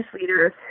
leaders